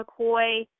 McCoy